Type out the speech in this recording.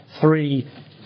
three